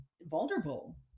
vulnerable